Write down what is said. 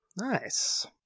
Nice